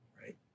right